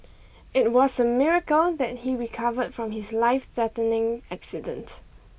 it was a miracle that he recovered from his lifethreatening accident